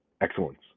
excellence